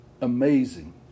amazing